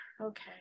okay